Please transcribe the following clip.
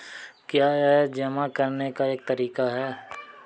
क्या यह जमा करने का एक तरीका है?